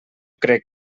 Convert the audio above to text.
crec